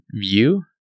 view